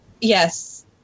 yes